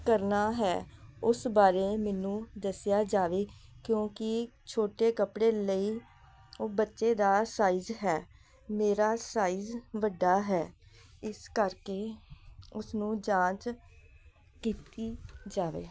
ਕਰਨਾ ਹੈ ਉਸ ਬਾਰੇ ਮੈਨੂੰ ਦੱਸਿਆ ਜਾਵੇ ਕਿਉਂਕਿ ਛੋਟੇ ਕੱਪੜੇ ਲਈ ਉਹ ਬੱਚੇ ਦਾ ਸਾਈਜ਼ ਹੈ ਮੇਰਾ ਸਾਈਜ਼ ਵੱਡਾ ਹੈ ਇਸ ਕਰਕੇ ਉਸਨੂੰ ਜਾਂਚ ਕੀਤੀ ਜਾਵੇ